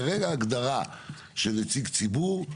כרגע ההגדרה של נציג ציבור,